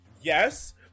Yes